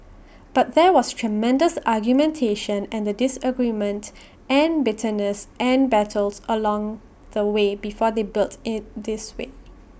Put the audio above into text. but there was tremendous argumentation and disagreement and bitterness and battles along the way before they built IT this way